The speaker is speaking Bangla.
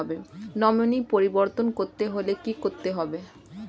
নমিনি পরিবর্তন করতে হলে কী করতে হবে?